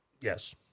Yes